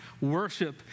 worship